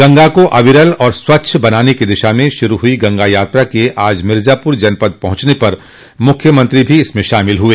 गंगा को अविरल और स्वच्छ बनाने की दिशा में शुरू हुई गंगा यात्रा के आज मिर्जापुर जनपद पहुंचने पर मुख्यमंत्री भी इसमें शामिल हुए